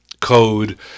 code